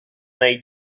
nature